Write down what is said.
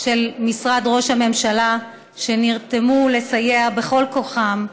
של משרד ראש הממשלה, שנרתמו לסייע בכל כוחם.